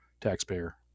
taxpayer